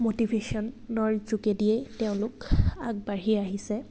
মটিভেশ্যনৰ যোগেদিয়ে তেওঁলোক আগবাঢ়ি আহিছে